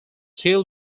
still